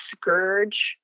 scourge